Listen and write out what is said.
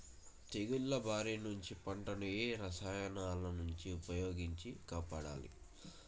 తెగుళ్ల బారి నుంచి పంటలను ఏ రసాయనాలను ఉపయోగించి కాపాడాలి?